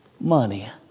money